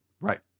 Right